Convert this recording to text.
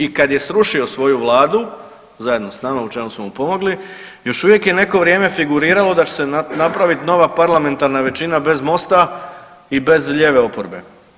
I kad je srušio svoju Vladu, zajedno s nama u čemu smo mu pomogli, još uvijek je neko vrijeme figuriralo da će se napraviti nova parlamentarna većina bez Mosta i bez lijeve oporbe.